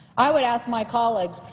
i would ask my colleagues,